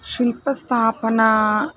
शिल्पस्थापना